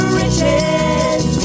riches